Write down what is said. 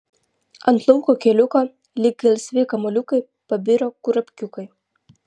ant lauko keliuko lyg gelsvi kamuoliukai pabiro kurapkiukai